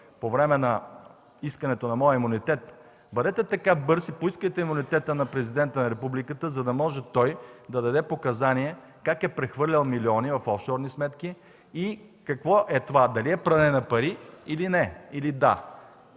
по време на искането на моя имунитет, бъдете така бърз и поискайте имунитета на Президента на републиката, за да може той да даде показания как е прехвърлял милиони в офшорни сметки и какво е това – дали е пране на пари или не, или да.